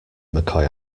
mccoy